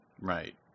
Right